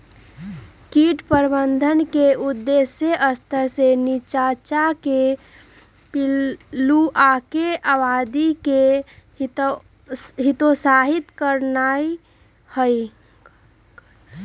कीट प्रबंधन के उद्देश्य स्तर से नीच्चाके पिलुआके आबादी के हतोत्साहित करनाइ हइ